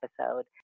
episode